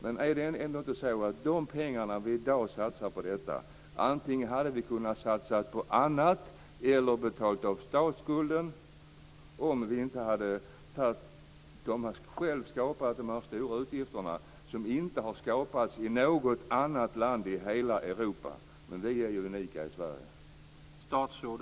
Men är det ändå inte så att vi hade kunnat satsa de pengar som vi i dag satsar på detta på annat eller på att betala av statsskulden? Regeringen har själv skapat dessa stora utgifter som inte har skapats i något annat land i hela Europa, men vi är unika i Sverige.